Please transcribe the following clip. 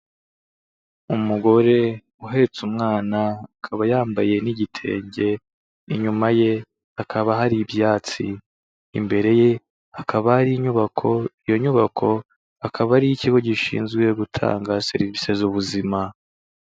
Umugore uhetse umwana akaba yambaye n'igitenge, inyuma ye hakaba hari ibyatsi, imbere ye hakaba hari inyubako iyo nyubako akaba ari iy'ikigo gishinzwe gutanga serivise z'ubuzima.